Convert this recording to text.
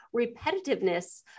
repetitiveness